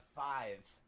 Five